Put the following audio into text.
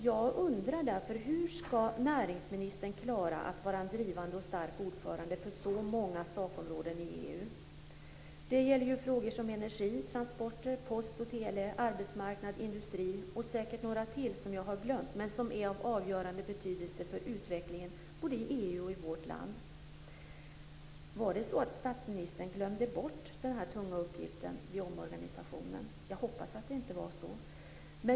Jag undrar därför hur näringsministern skall klara att vara en drivande och stark ordförande för så många sakområden i EU. Det gäller frågor som energi, transporter, post och tele, arbetsmarknad, industri och säkert några till som jag har glömt men som är av avgörande betydelse för utvecklingen både i EU och i vårt land. Var det så att statsministern glömde bort denna tunga uppgift vid omorganisationen? Jag hoppas att det inte var så.